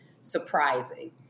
surprising